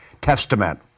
Testament